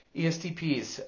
estps